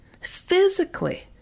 Physically